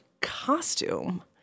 costume